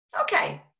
Okay